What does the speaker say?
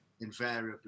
invariably